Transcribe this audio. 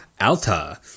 Alta